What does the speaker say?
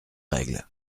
règles